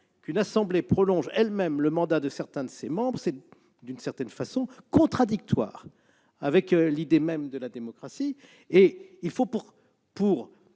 qu'une assemblée prolonge le mandat de certains de ses membres est, d'une certaine façon, contradictoire avec l'idée même de la démocratie. Pour nous